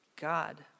God